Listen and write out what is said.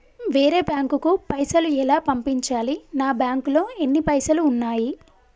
వేరే బ్యాంకుకు పైసలు ఎలా పంపించాలి? నా బ్యాంకులో ఎన్ని పైసలు ఉన్నాయి?